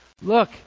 look